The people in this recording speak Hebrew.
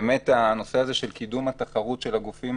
באמת הנושא הזה של קידום התחרות של הגופים